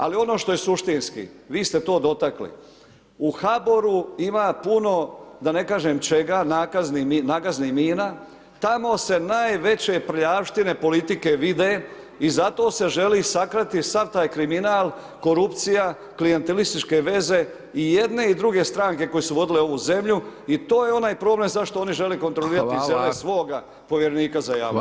Ali ono što je suštinski, vi ste to dotakli, u HBOR-u ima puno da ne kažem čega, nagaznih mina, tamo se najveće prljavštine, politike vide i zato se želi sakriti sav taj kriminal, korupcija, klijentelistički veze i jedne i druge stranke koje su vodile ovu zemlju i to je onaj problem zašto one žele kontrolirati zemlje svoga povjerenika za javnost.